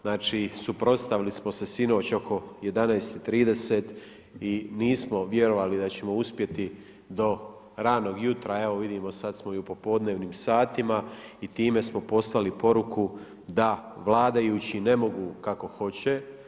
Znači suprotstavili smo se sinoć oko 11 i 30 i nismo vjerovali da ćemo uspjeti do ranog jutra, evo vidimo sad smo i u popodnevnim satima i time smo poslali poruku da vladajući ne mogu kako hoće.